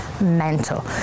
mental